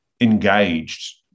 engaged